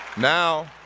now,